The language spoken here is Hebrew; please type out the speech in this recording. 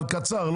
אבל קצר.